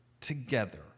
together